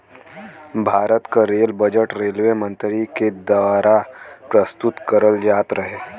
भारत क rail budget railway मंत्री के दवारा प्रस्तुत करल जात रहे